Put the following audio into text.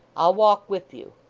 i'll walk with you